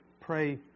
pray